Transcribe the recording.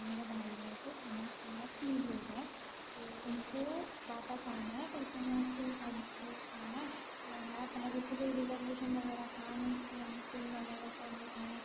और मेरा भाई है ऐसे हम हमारे तीन लोग हैं तो उनको वापस आना है परिक्रमा से अब वो आना है तो हमारा पहले से कोई रिजर्वेशन वगैरह था नहीं कि हम ट्रेन वगैरह से अब वो आएँ